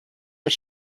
but